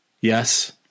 Yes